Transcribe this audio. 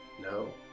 No